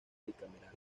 bicameral